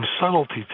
subtlety